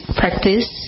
practice